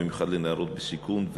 במיוחד לנערות בסיכון,